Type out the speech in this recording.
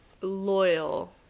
loyal